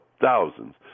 thousands